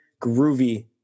groovy